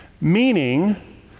meaning